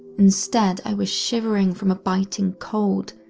instead i was shivering from a biting cold,